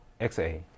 XA